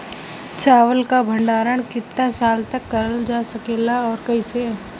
चावल क भण्डारण कितना साल तक करल जा सकेला और कइसे?